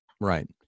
Right